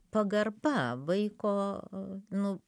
pagarba vaiko nu